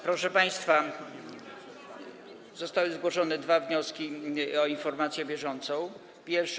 Proszę państwa, zostały zgłoszone dwa wnioski dotyczące informacji bieżącej.